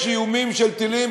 יש איומים של טילים,